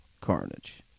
carnage